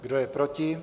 Kdo je proti?